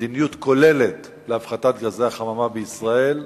מדיניות כוללת להפחתת גזי החממה בישראל.